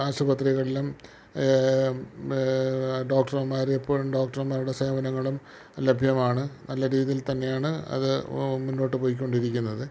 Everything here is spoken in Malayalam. ആശുപത്രികളിലും ഡോക്ടർമ്മാരെ എപ്പോഴും ഡോക്ടർമ്മാരുടെ സേവനങ്ങളും ലഭ്യമാണ് നല്ല രീതിയിൽ തന്നെയാണ് അത് മുന്നോട്ടു പോയിക്കൊണ്ടിരിക്കുന്നത്